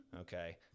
Okay